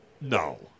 No